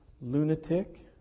Lunatic